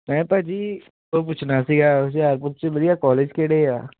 ਮੈਂ ਭਾਅ ਜੀ ਉਹ ਪੁੱਛਣਾ ਸੀਗਾ ਹੁਸ਼ਿਆਰਪੁਰ 'ਚ ਵਧੀਆ ਕੋਲਜ ਕਿਹੜੇ ਆ